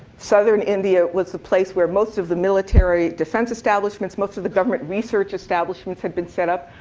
southern india was the place where most of the military defense establishments, most of the government research establishments had been set up.